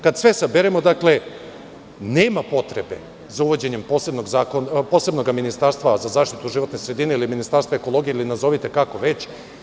Kad sve saberemo, nema potrebe za uvođenjem posebnog ministarstva za zaštitu životne sredine ili ministarstva ekologije ili kako već.